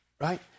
right